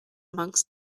amongst